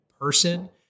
person